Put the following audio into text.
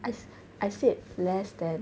I I said less than